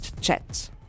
Chat